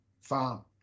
farm